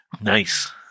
Nice